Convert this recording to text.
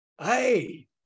hey